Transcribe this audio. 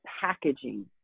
packaging